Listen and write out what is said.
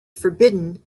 forbidden